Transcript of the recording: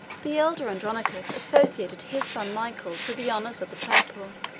the elder andronicus associated his son michael to the honors of the purple